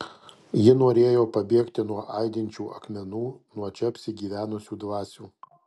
ji norėjo pabėgti nuo aidinčių akmenų nuo čia apsigyvenusių dvasių